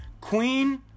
Queen